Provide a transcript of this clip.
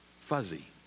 fuzzy